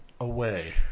away